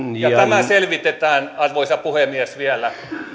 tämä selvitetään arvoisa puhemies vielä